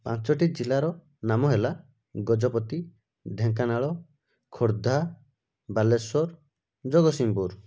ପାଞ୍ଚଟି ଜିଲ୍ଲାର ନାମ ହେଲା ଗଜପତି ଢେଙ୍କାନାଳ ଖୋର୍ଦ୍ଧା ବାଲେଶ୍ୱର ଜଗତସିଂପୁର